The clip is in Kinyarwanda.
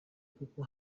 kuko